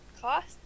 cost